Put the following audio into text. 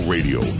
Radio